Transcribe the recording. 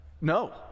No